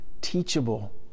teachable